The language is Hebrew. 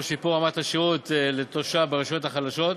לשיפור רמת השירות לתושב ברשויות החלשות,